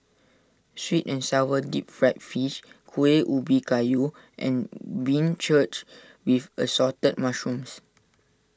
Sweet and Sour Deep Fried Fish Kueh Ubi Kayu and Beancurd with Assorted Mushrooms